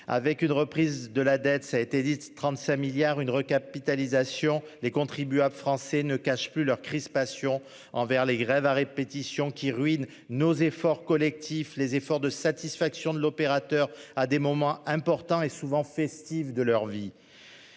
Avec une reprise de la dette. Ça a été dit 35 milliards, une recapitalisation. Les contribuables français ne cachent plus leur crispations envers les grèves à répétition qui ruinent nos efforts collectifs, les efforts de satisfaction de l'opérateur à des moments importants et souvent festives de leur vie.